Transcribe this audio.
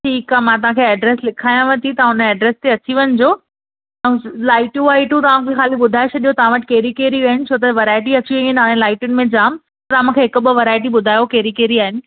ठीकु आहे मां तव्हां खे ऐड्रेस लिखायांव थी तव्हां हुन ऐड्रेस ते अची वञिजो ऐं लाइटियूं वाइटियूं तव्हां मूंखे खाली ॿुधाइ छॾो तव्हां वटि कहिड़ी कहिड़ी आहिनि छो त वेराईटी अची वई आहिनि हाणे लाइटनि में जाम तां मूंखे हिकु ॿ वेराईटी ॿुधायो कहिड़ी कहिड़ी आहिनि